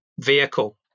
vehicle